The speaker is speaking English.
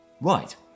Right